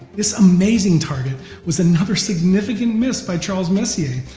this amazing target was another significant miss by charles messier,